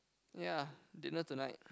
ya did not tonight